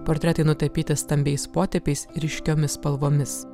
portretai nutapytas stambiais potėpiais ryškiomis spalvomis